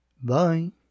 Bye